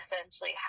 Essentially